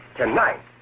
tonight